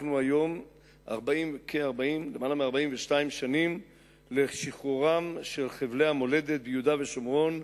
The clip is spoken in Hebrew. אנחנו היום יותר מ-42 שנים לשחרורם של חבלי המולדת ביהודה ושומרון,